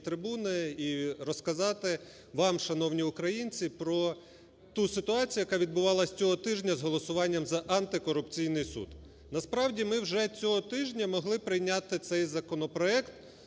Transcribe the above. трибуни і розказати вам, шановні українці, про ту ситуацію, яка відбувалась з голосуванням цього тижня, з голосуванням за Антикорупційний суд. Насправді ми вже цього тижня могли прийняти цей законопроект,